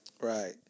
Right